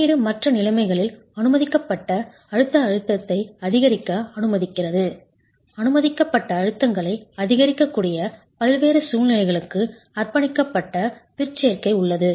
குறியீடு மற்ற நிலைமைகளில் அனுமதிக்கப்பட்ட அழுத்த அழுத்தத்தை அதிகரிக்க அனுமதிக்கிறது அனுமதிக்கப்பட்ட அழுத்தங்களை அதிகரிக்கக்கூடிய பல்வேறு சூழ்நிலைகளுக்கு அர்ப்பணிக்கப்பட்ட பிற்சேர்க்கை உள்ளது